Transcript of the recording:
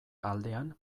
aldean